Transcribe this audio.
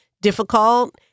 difficult